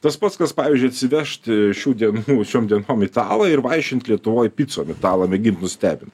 tas pats kas pavyzdžiui atsivežti šių dienų šiom dienom italą ir vaišint lietuvoj picom italą mėgint nustebint